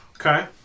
Okay